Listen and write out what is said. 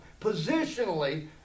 Positionally